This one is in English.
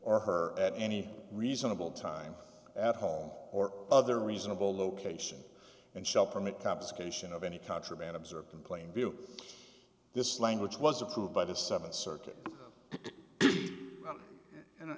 or her at any reasonable time at home or other reasonable location and shall permit caps cation of any contraband observed in plain view this language was approved by the seventh circuit